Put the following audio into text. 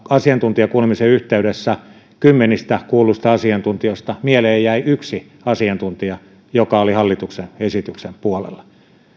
asiantuntijakuulemisen yhteydessä kymmenistä kuulluista asiantuntijoista mieleen jäi yksi asiantuntija joka oli hallituksen esityksen puolella